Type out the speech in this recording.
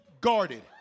guarded